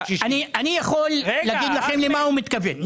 אני אגיד למה הוא מתכוון,